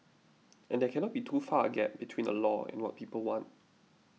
and there cannot be too far a gap between a law and what people want